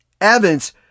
Evans